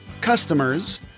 customers